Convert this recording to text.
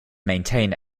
maintain